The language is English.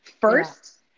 first